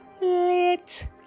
Lit